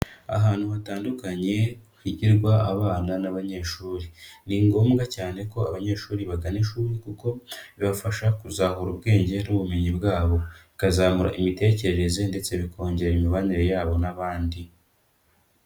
Ahantu hatandukanye higirwa abana n'abanyeshuri. Ni ngombwa cyane ko abanyeshuri bagana ishuri kuko bibafasha kuzahura ubwenge n'ubumenyi bwabo. Bikazamura imitekerereze ndetse bikongera imibanire yabo n'abandi.